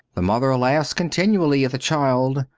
the mother laughs continually at the child,